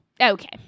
Okay